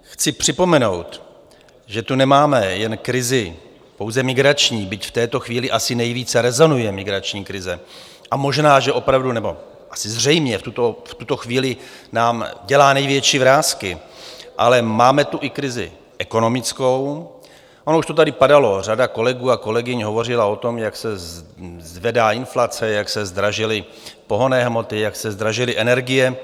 Chci připomenout, že tu nemáme krizi pouze migrační, byť v této chvíli asi nejvíce rezonuje migrační krize a možná, že opravdu, nebo asi zřejmě v tuto chvíli nám dělá největší vrásky, ale máme tu i krizi ekonomickou, ono už to tady padalo, řada kolegů a kolegyň hovořila o tom, jak se zvedá inflace, jak se zdražily pohonné hmoty, jak se zdražily energie.